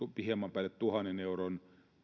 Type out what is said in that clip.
hieman päälle tuhannen euron